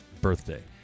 birthday